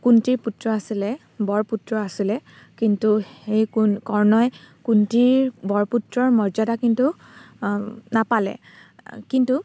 কুন্তীৰ পুত্ৰ আছিলে বৰপুত্ৰ আছিলে কিন্তু সেই কৰ্ণই কুন্তীৰ বৰপুত্ৰৰ মৰ্যদা কিন্তু নাপালে কিন্তু